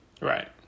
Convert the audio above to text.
Right